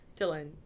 Dylan